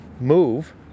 move